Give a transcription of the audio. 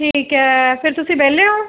ਠੀਕ ਹੈ ਫਿਰ ਤੁਸੀਂ ਵਿਹਲੇ ਹੋ